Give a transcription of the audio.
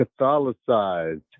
Catholicized